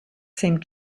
seemed